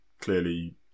clearly